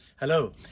Hello